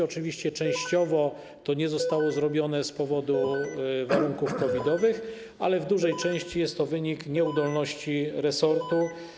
Oczywiście częściowo to nie zostało zrobione z powodu warunków COVID-owych, ale w dużej części jest to wynik nieudolności resortu.